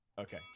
Okay